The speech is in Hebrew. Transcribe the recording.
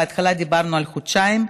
בהתחלה דיברנו על חודשיים,